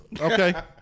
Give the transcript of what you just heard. Okay